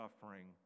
suffering